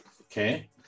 Okay